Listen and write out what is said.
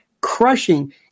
crushing